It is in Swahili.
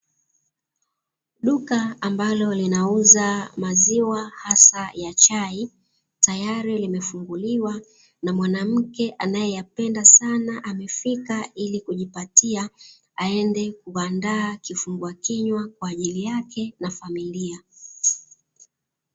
Duka ambalo linauza maziwa hasa ya chai, tayari limefunguliwa na mwanamke anayeyapenda sana amefika ili kujipatia aende kuandaa kifungua kinywa, kwa ajili yake na familia.